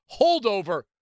holdover